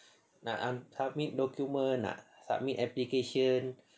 I I submit document I submit application